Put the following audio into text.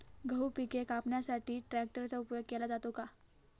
गहू पिके कापण्यासाठी ट्रॅक्टरचा उपयोग केला जातो का?